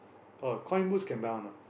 oh coin boost can buy one ah